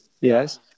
Yes